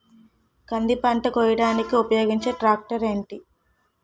కంది పంట కోయడానికి ఉపయోగించే ట్రాక్టర్ ఏంటి?